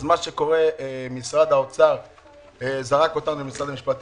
מה שקורה הוא שמשרד האוצר זרק אותנו למשרד המשפטים,